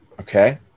Okay